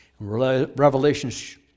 Revelations